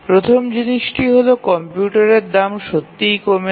প্রথম জিনিসটি হল কম্পিউটারের দাম সত্যিই কমেছে